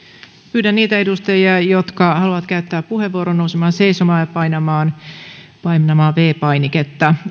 pyydän niitä edustajia jotka haluavat käyttää puheenvuoron nousemaan seisomaan ja painamaan painamaan viides painiketta